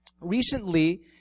recently